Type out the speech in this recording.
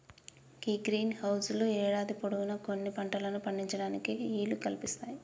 గీ greenhouse లు యేడాది పొడవునా కొన్ని పంటలను పండించటానికి ఈలు కల్పిస్తాయి